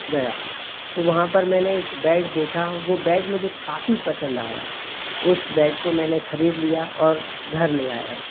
गया तो वहाँ पर मैंने एक बेड दिखा वह बेड मुझे काफ़ी पसंद आया उसे बेड को मैंने खरीद लिया और घर ले आया